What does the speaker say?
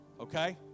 okay